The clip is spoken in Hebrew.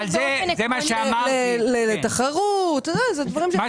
לתחרות למשל.